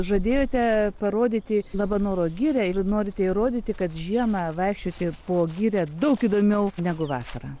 žadėjote parodyti labanoro girią ir norite įrodyti kad žiemą vaikščioti po girią daug įdomiau negu vasarą